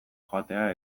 joatea